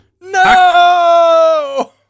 No